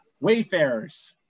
Wayfarers